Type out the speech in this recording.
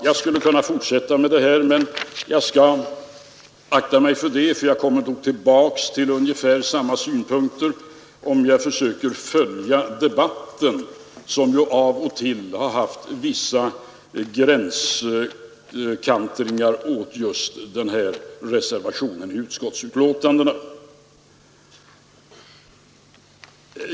Jag skulle kunna fortsätta med att bemöta reservationen, men jag skall akta mig för det, för jag kommer nog tillbaka till ungefär samma synpunkter om jag försöker följa debatten, som av och till har gjort vissa kantringar åt just den här reservationen i utskottsbetänkandet.